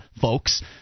folks